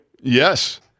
Yes